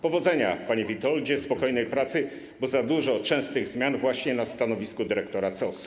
Powodzenia, panie Witoldzie, spokojnej pracy, bo za dużo częstych zmian właśnie na stanowisku dyrektora COS.